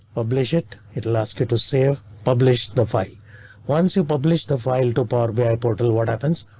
ah publish it, it'll ask you to save published the fight once you publish the file to barbare portal, what happens?